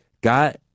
got